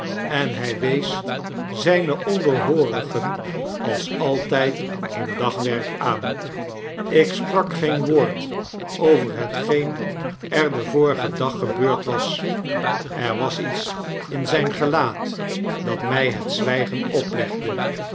en hij wees ztjne onderhoorigen als altijd hun dagwerk aan ik sprak geen woord over hetgeen er den vorigen dag gebeurd was er was ietsinzgngelaat dat mil het zwijgen oplegde